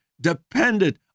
dependent